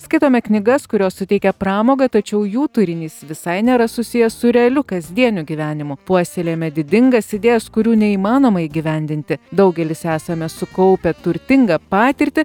skaitome knygas kurios suteikia pramogą tačiau jų turinys visai nėra susijęs su realiu kasdieniu gyvenimu puoselėjame didingas idėjas kurių neįmanoma įgyvendinti daugelis esame sukaupę turtingą patirtį